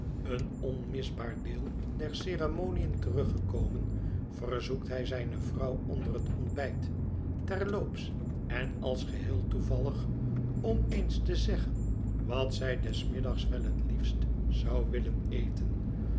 een onmisbaar deel der ceremoniën teruggekomen verzoekt hij zijne vrouw onder het ontbijt terloops en als geheel toevallig om eens te zeggen wat zij des middags wel het liefst zou willen eten